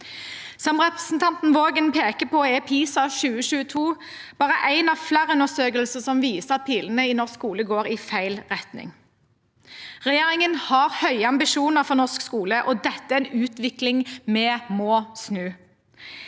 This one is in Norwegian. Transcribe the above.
Som representanten Waagen peker på, er PISA 2022 bare én av flere undersøkelser som viser at pilene i norsk skole går i feil retning. Regjeringen har høye ambisjoner for norsk skole, og dette er en utvikling vi må snu.